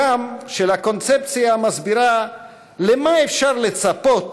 אלא גם של הקונספציה המסבירה למה אפשר לצפות